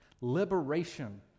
Liberation